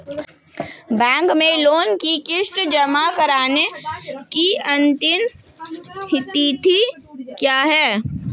Bank में loan की किश्त जमा कराने की अंतिम तिथि क्या है?